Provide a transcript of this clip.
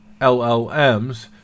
LLMs